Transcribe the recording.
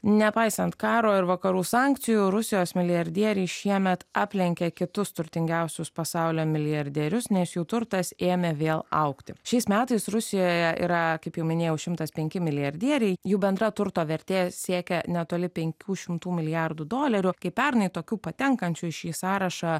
nepaisant karo ir vakarų sankcijų rusijos milijardieriai šiemet aplenkė kitus turtingiausius pasaulio milijardierius nes jų turtas ėmė vėl augti šiais metais rusijoje yra kaip jau minėjau šimtas penki milijardieriai jų bendra turto vertė siekia netoli penkių šimtų milijardų dolerių kai pernai tokių patenkančių į šį sąrašą